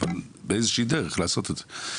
אבל באיזושהי דרך לעשות את זה.